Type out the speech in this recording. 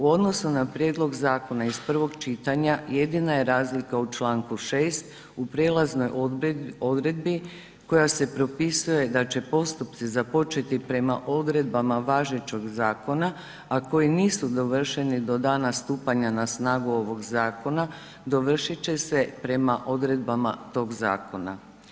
U odnosu na prijedlog zakona iz prvog čitanja jedina je razlika u članku 6 u prijelaznoj odredbi koja se propisuje da će postupci započeti prema odredbama važećeg zakona a koji nisu dovršeni do dana stupanja na snagu ovog zakona dovršiti će se prema odredbama toga zakona.